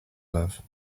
love